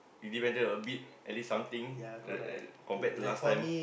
you did better a bit at least something like like compared to last time